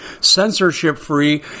censorship-free